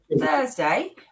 Thursday